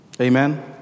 Amen